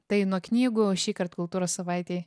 tai nuo knygų šįkart kultūros savaitėj